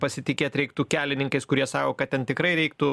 pasitikėt reiktų kelininkais kurie sako kad ten tikrai reiktų